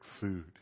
food